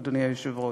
אדוני היושב-ראש,